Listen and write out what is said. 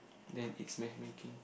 then it's matchmaking